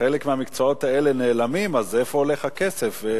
שחלק מהמקצועות האלה נעלמים, אז לאן הולך הכסף?